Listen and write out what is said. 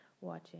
watching